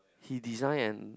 he design and